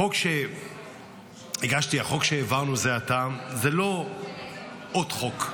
החוק שהגשתי, החוק שהעברנו זה עתה, זה לא עוד חוק.